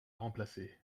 remplacer